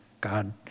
God